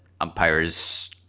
umpires